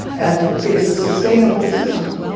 and it's a sustainable system,